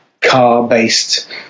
car-based